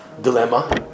dilemma